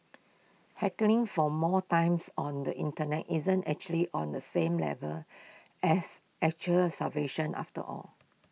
hankering for more times on the Internet isn't actually on the same level as actual starvation after all